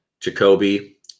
Jacoby